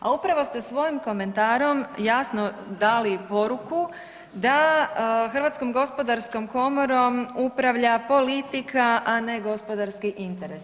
A upravo ste svojim komentarom jasno dali poruku da Hrvatskom gospodarskom komorom upravlja politika, a ne gospodarski interes.